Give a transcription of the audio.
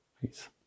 Peace